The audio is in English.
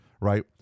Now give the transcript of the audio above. right